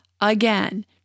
again